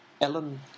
Ellen